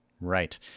Right